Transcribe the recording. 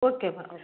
okay madam okay